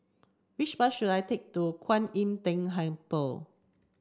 which bus should I take to Kuan Im Tng Temple